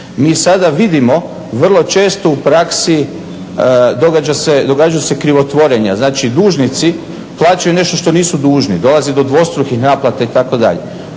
Mi sada vidimo vrlo često u praksi događaju se krivotvorenja. Znači dužnici plaćaju nešto što nisu dužni, dolazi do dvostrukih naplata itd.